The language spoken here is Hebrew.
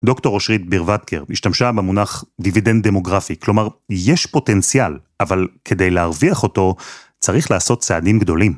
דוקטור אושרית ברוודקר השתמשה במונח דיווידן דמוגרפי כלומר יש פוטנציאל אבל כדי להרוויח אותו צריך לעשות צעדים גדולים.